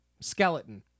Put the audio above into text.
skeleton